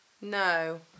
no